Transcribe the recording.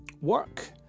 Work